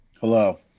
Hello